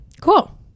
cool